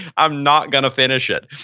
i'm not going to finish it.